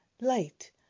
light